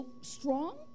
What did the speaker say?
strong